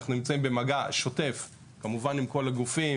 אנחנו נמצאים במגע שוטף כמובן עם כל הגופים,